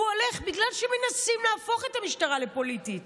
הוא הולך בגלל שמנסים להפוך את המשטרה לפוליטית.